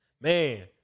man